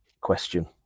question